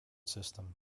system